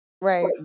right